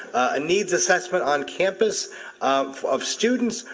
a needs assessment on campus of of students,